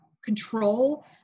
control